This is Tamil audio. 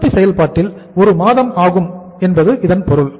உற்பத்தி செயல்பாட்டில் ஒரு மாதம் ஆகும் என்பது இதன் பொருள்